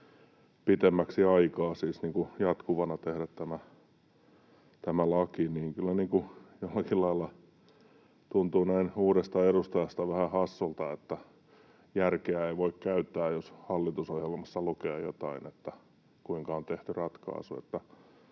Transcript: pitemmäksi aikaa, siis jatkuvana tehdä tämä laki. Kyllä jollakin lailla tuntuu näin uudesta edustajasta vähän hassulta, että järkeä ei voi käyttää, jos hallitusohjelmassa lukee jotain, että on tehty ratkaisu.